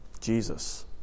Jesus